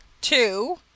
two